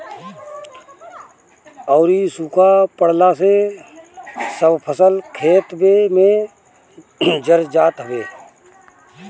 अउरी सुखा पड़ला से सब फसल खेतवे में जर जात हवे